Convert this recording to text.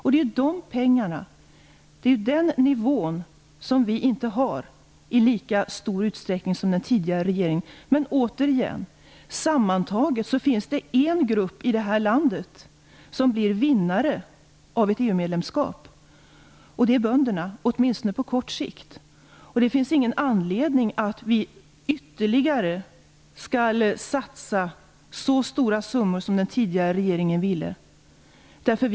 Vi har inte de pengarna i lika stor utsträckning som den tidigare regeringen hade. Sammantaget finns det alltså en grupp i det här landet som blir vinnare på ett EU-medlemskap, och det är bönderna, åtminstone på kort sikt. Det finns ingen anledning för oss att satsa så stora summor som den tidigare regeringen ville satsa.